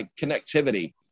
connectivity